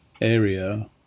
area